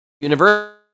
university